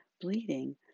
bleeding